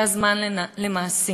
זה הזמן למעשים.